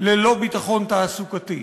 וללא ביטחון תעסוקתי,